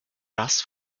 das